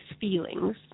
feelings